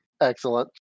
excellent